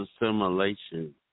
assimilation